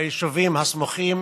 ביישובים הסמוכים